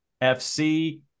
FC